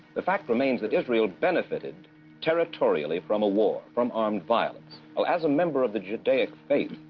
the fact remains that israel benefitted territorially from a war, from armed violence. ah as a member of the judaic faith,